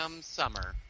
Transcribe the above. Summer